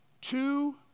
Two